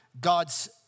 God's